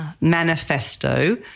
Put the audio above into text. manifesto